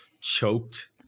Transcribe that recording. choked